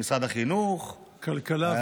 משרד החינוך, כלכלה ורווחה.